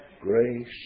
Grace